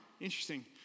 interesting